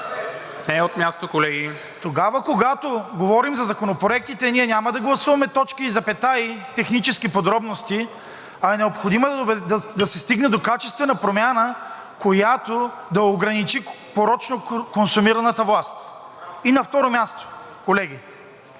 Не от място, колеги! ЙОРДАН ИВАНОВ: Тогава, когато говорим за законопроектите, ние няма да гласуваме точки и запетаи – технически подробности, а е необходимо да се стигне до качествена промяна, която да ограничи порочно консумираната власт. И на второ място, колеги,